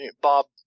Bob